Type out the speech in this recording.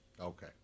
Okay